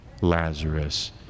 Lazarus